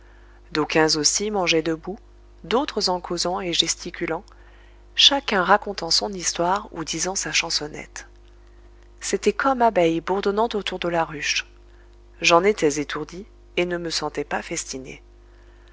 d'aucuns aussi mangeaient debout d'autres en causant et gesticulant chacun racontant son histoire ou disant sa chansonnette c'était comme abeilles bourdonnant autour de la ruche j'en étais étourdi et ne me sentais pas festiner